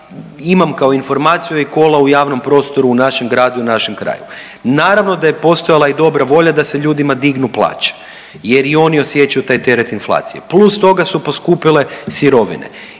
imam kao informaciju i kola u javnom prostoru, u našem gradu, u našem kraju. Naravno da je postojala i dobra volja da se ljudima dignu plaće, jer i oni osjećaju taj teret inflacije. Plus toga su poskupile sirovine.